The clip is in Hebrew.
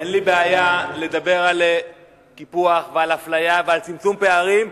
אין לי בעיה לדבר על קיפוח ועל אפליה ועל צמצום פערים,